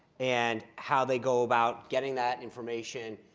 and how they go about getting that information,